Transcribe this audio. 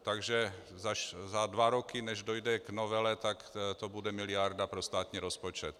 Takže za dva roky, než dojde k novele, to bude miliarda pro státní rozpočet.